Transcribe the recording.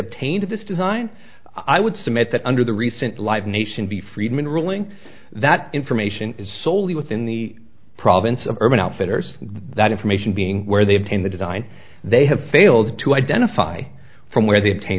obtained this design i would submit that under the recent live nation be freedmen ruling that information is soley within the province of urban outfitters that information being where they obtain the design they have failed to identify from where they